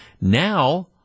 Now